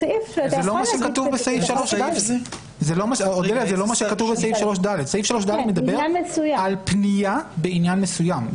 זה לא מה שכתוב בסעיף 3ד. סעיף 3ד מדבר על פנייה בעניין מסוים.